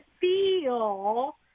feel